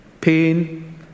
pain